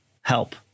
help